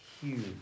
huge